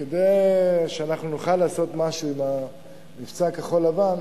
כדי שנוכל לעשות משהו עם מבצע כחול-לבן